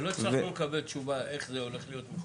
ולא הצלחנו לקבל תשובה איך זה הולך להיות מחולק.